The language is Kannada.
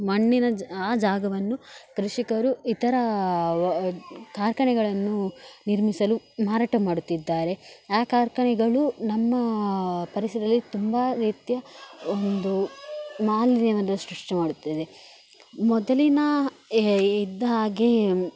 ಮಣ್ಣಿನ ಜ ಆ ಜಾಗವನ್ನು ಕೃಷಿಕರು ಇತರ ವ ಕಾರ್ಖಾನೆಗಳನ್ನು ನಿರ್ಮಿಸಲು ಮಾರಾಟ ಮಾಡುತ್ತಿದ್ದಾರೆ ಆ ಕಾರ್ಖಾನೆಗಳು ನಮ್ಮ ಪರಿಸರದಲ್ಲಿ ತುಂಬ ರೀತಿಯ ಒಂದು ಮಾಲಿನ್ಯವನ್ನು ಸೃಷ್ಟಿ ಮಾಡುತ್ತದೆ ಮೊದಲಿನ ಇದ್ಹಾಗೆ